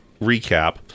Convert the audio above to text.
recap